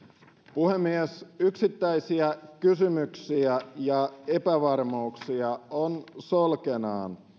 puhemies yksittäisiä kysymyksiä ja epävarmuuksia on solkenaan